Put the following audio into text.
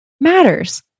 matters